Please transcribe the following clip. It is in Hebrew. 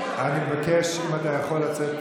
אני בכנסת הזאת,